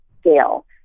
scale